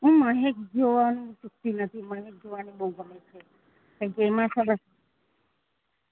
હું મહેક જોવાનું ચૂકતી નથી મહેક જોવાની બહુ ગમે છે કેમકે એમાં સરસ